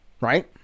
right